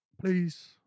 please